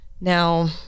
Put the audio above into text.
now